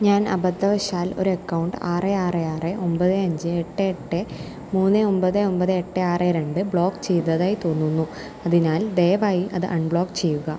ഞാൻ അബദ്ധവശാൽ ഒരു അക്കൗണ്ട് ആറ് ആറ് ആറ് ഒമ്പത് അഞ്ച് എട്ട് എട്ട് മൂന്ന് ഒമ്പത് ഒമ്പത് എട്ട് ആറ് രണ്ട് ബ്ലോക്ക് ചെയ്തതായി തോന്നുന്നു അതിനാൽ ദയവായി അത് അൺബ്ലോക്ക് ചെയ്യുക